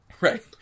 Right